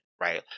right